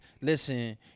listen